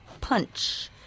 punch